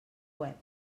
web